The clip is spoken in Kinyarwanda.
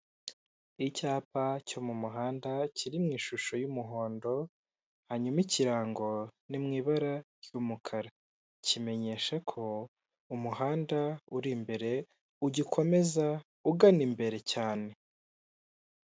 Icyapa cyo mu muhanda kiri mu ishusho y'umuhondo hanyuma ikirango ni mu ibara ry'umukara, kimenyesha ko umuhanda uri imbere ugikomeza ugana imbere cyane.